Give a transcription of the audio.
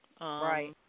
Right